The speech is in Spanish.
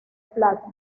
plata